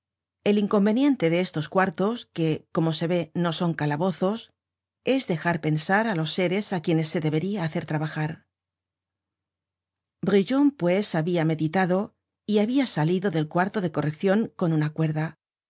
el inconveniente de estos cuartos que como se ve no son calabozos es dejar pensar á los seres á quienes se deberia hacer trabajar content from google book search generated at brujon pues habia meditado y habia salido del cuarto de correccion con una cuerda